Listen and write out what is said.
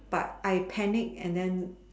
but I panic and then